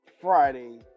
Friday